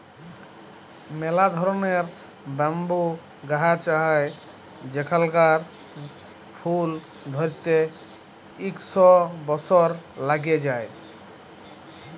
ম্যালা ধরলের ব্যাম্বু গাহাচ হ্যয় যেগলার ফুল ধ্যইরতে ইক শ বসর ল্যাইগে যায়